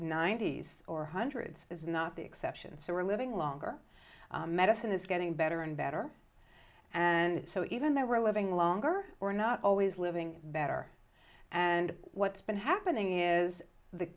ninety's or hundreds is not the exception so we're living longer medicine is getting better and better and so even though we're living longer we're not always living better and what's been happening is the